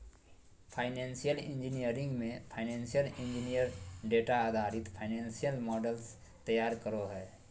financial engineering मे financial engineer data आधारित financial models तैयार करो हय